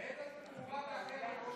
ראש הממשלה.